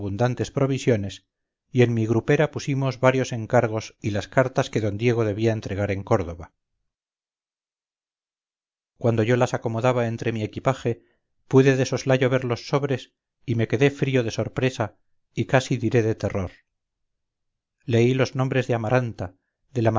abundantes provisiones y en mi grupera pusimos varios encargos y las cartas que d diego debía entregar en córdoba cuando yo las acomodaba entre mi equipaje pude de soslayo ver los sobres y me quedé frío de sorpresa y casi diré de terror leí los nombres de amaranta